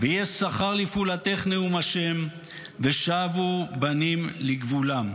ויש שכר לפעולתך נאום ה' ושבו בנים לגבולם".